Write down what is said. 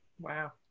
Wow